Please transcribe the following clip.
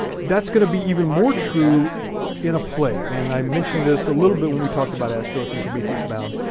that's gonna be even more true in a play and i mentioned this a little bit when we talked about aeschylus and prometheus bound,